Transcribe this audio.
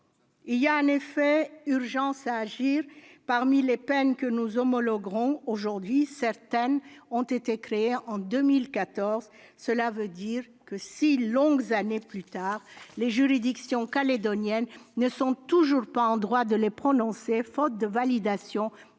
Il y a en effet urgence à agir. Parmi les peines que nous homologuerons aujourd'hui, certaines ont été créées en 2014. Cela veut dire que, six longues années plus tard, les juridictions calédoniennes ne sont toujours pas en droit de les prononcer, faute de validation par le